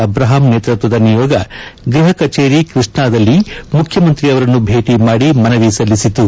Abraham ನೇತೃತ್ವದ ನಿಯೋಗ ಗೃಹ ಕಚೇರಿ ಕೃಷ್ಣಾದಲ್ಲಿ ಮುಖ್ಯಮಂತ್ರಿ ಅವರನ್ನು ಭೇಟಿ ಮಾಡಿ ಮನವಿ ಸಲ್ಲಿಸಿತು